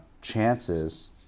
chances